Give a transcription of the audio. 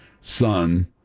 son